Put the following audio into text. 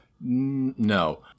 No